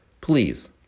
Please